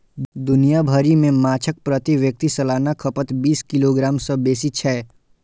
दुनिया भरि मे माछक प्रति व्यक्ति सालाना खपत बीस किलोग्राम सं बेसी छै